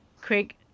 Craig